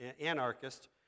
anarchist